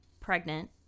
pregnant